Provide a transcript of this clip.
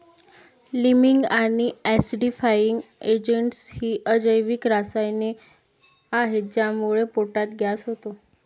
liming आणि acidifying agents ही अजैविक रसायने आहेत ज्यामुळे पोटात गॅस होतो